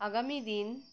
আগামী দিন